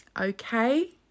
okay